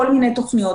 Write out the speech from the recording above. כל מיני תוכניות.